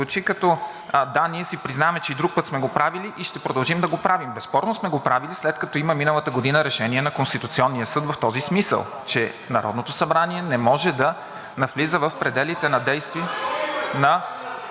„да, ние си признаваме, че и друг път сме го правили и ще продължим да го правим“. Безспорно сме го правили, след като има миналата година решение на Конституционния съд в този смисъл – че Народното събрание не може да навлиза в пределите на действие на...